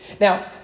Now